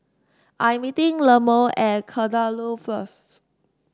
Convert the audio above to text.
I am meeting Lemma at Kadaloor first